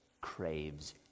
craves